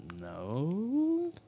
no